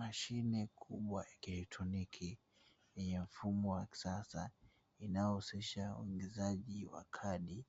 Mashine kubwa ya kielektroniki yenye mfumo wa kisasa inayohusisha uingizaji wa kadi